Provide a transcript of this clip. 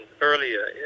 earlier